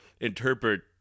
interpret